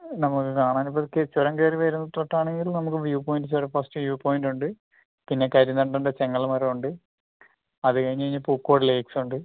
ഉം നമുക്ക് കാണാനൊക്കെ ചുരം കയറി വരുമ്പോൾ തൊട്ട് ആണെങ്കിലും നമുക്ക് വ്യൂ പോയിന്റ് ചില ഫസ്റ്റ് വ്യൂ പോയിന്റ് ഉണ്ട് പിന്നെ കരിന്തണ്ടൻ്റെ ചങ്ങല മരമുണ്ട് അത് കഴിഞ്ഞ്കഴിഞ്ഞ് പൂക്കോട് ലേക്സ് ഉണ്ട്